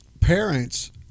parents